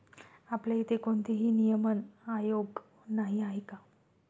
आपल्या इथे कोणतेही नियमन आयोग नाही आहे का?